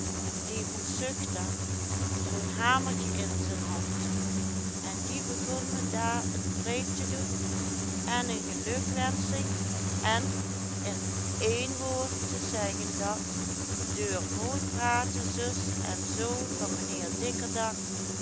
die van zuchter zoo'n hamertje in zen hand en die begon me daar een preek te doen en een gelukwensching en in één woord te zeggen dat deur mooi praten zus en zoo van menheer dikkerdak